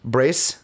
Brace